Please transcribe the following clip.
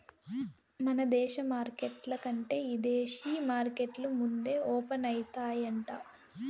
మన దేశ మార్కెట్ల కంటే ఇదేశీ మార్కెట్లు ముందే ఓపనయితాయంట